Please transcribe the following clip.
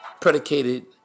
predicated